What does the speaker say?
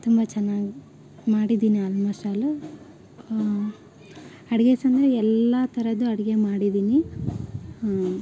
ತುಂಬ ಚೆನ್ನಾಗ್ ಮಾಡಿದ್ದೀನಿ ಆಲ್ಮೋಸ್ಟ್ ಆಲ್ ಅಡುಗೆ ಎಲ್ಲ ಥರದ್ದು ಅಡುಗೆ ಮಾಡಿದ್ದೀನಿ ಹ್ಞೂ